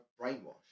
brainwashed